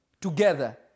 together